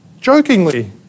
jokingly